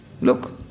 Look